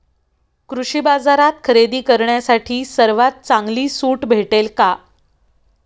कृषी बाजारात खरेदी करण्यासाठी सर्वात चांगली सूट भेटेल का?